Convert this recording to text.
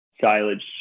silage